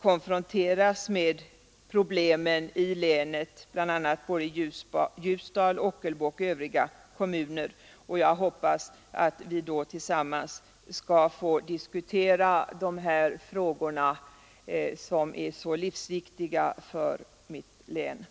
konfronteras med problemen i länet, inte bara i Ljusdal och Ockelbo utan också i övriga kommuner, och jag hoppas att vi tillsammans skall få diskutera de här frågorna, som är så livsviktiga för Gävleborgs län.